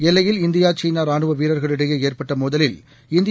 எல்லையில் இந்தியா சீனா ராணுவ வீரர்களிடையே ஏற்பட்ட மோதலில் இந்திய